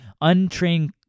untrained